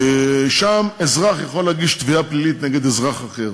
שם אזרח יכול להגיש תביעה פלילית נגד אזרח אחר.